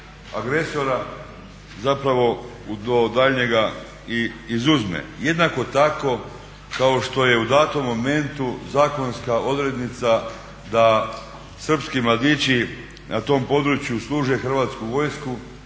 agresora zapravo do daljnjega i izuzme. Jednako tako kao što je u danom momentu zakonska odrednica da srpski mladići na tom području služe Hrvatsku vojsku